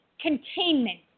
containment